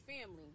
family